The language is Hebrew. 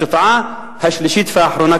התופעה השלישית והאחרונה,